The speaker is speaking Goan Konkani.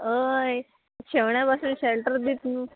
होय शेवण्या बसून शेल्टर दिता न्हू